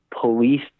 police